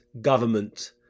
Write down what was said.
government